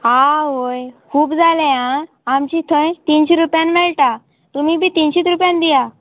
आवय खूब जाले आ आमची थंय तिनशी रुपयान मेळटा तुमी बी तिनशीत रुपयान दिया